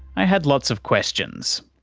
i had lots of questions,